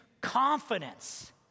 confidence